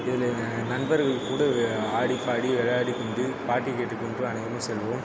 இதில் நண்பர்கள் கூட ஒரு ஆடி பாடி விளையாடி கொண்டு பாட்டுக்கேட்டு கொண்டு அனைவரும் செல்வோம்